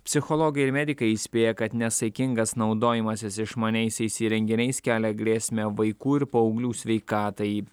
psichologai ir medikai įspėja kad nesaikingas naudojimasis išmaniaisiais įrenginiais kelia grėsmę vaikų ir paauglių sveikatai